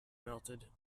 melted